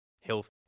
health